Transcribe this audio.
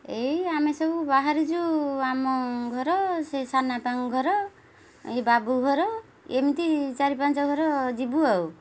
ଏଇ ଆମେ ସବୁ ବାହାରିଛୁ ଆମ ଘର ସେ ସାନବାପାଙ୍କ ଘର ଏଇ ବାବୁ ଘର ଏମିତି ଚାରି ପାଞ୍ଚ ଘର ଯିବୁ ଆଉ